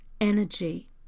energy